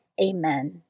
Amen